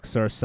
Sir